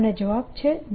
અને જવાબ છે ના